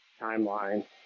timeline